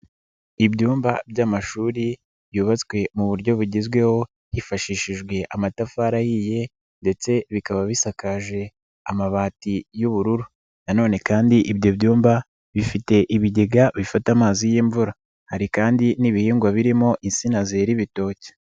Ibyumba by'amashuri byubatswe mu buryo bugezweho, hifashishijwe amatafari ahiye ndetse bikaba bisakaje amabati y'ubururu na none kandi ibyo byumba bifite ibigega bifata amazi y'imvura. Hari kandi n'ibihingwa birimo insina zira ibitoki.